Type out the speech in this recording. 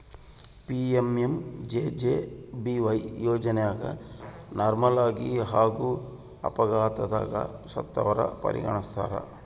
PMMJJBY ಯೋಜನೆಗ ನಾರ್ಮಲಾಗಿ ಹಾಗೂ ಅಪಘಾತದಗ ಸತ್ತವರನ್ನ ಪರಿಗಣಿಸ್ತಾರ